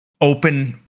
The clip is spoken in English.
open